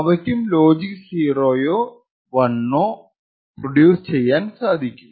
അവയ്ക്കും logic 0 ഓ 1 ഓ produce ചെയ്യാം